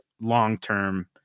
long-term